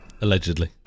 Allegedly